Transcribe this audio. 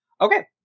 Okay